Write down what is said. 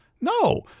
no